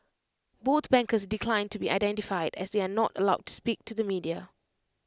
both bankers declined to be identified as they are not allowed to speak to the media